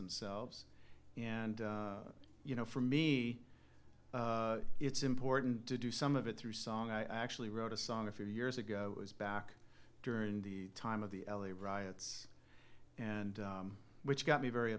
themselves and you know for me it's important to do some of it through song i actually wrote a song a few years ago it was back during the time of the l a riots and which got me very